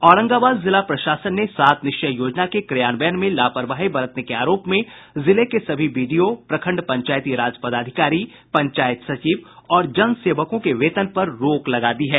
औरंगाबाद जिला प्रशासन ने सात निश्चय योजना के क्रियान्वयन में लापरवाही बरतने के आरोप में जिले के सभी बीडीओ प्रखंड पंचायती राज पदाधिकारी पंचायत सचिव और जन सेवकों के वेतन पर रोक लगा दी है